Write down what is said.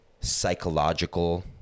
psychological